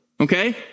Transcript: okay